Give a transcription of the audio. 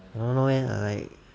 I don't know eh I like